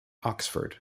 oxford